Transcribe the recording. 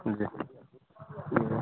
हुन्छ ए